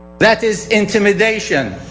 that is intimidation.